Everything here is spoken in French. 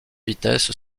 vitesse